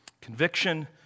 Conviction